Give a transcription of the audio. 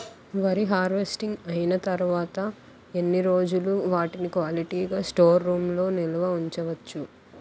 వరి హార్వెస్టింగ్ అయినా తరువత ఎన్ని రోజులు వాటిని క్వాలిటీ గ స్టోర్ రూమ్ లొ నిల్వ ఉంచ వచ్చు?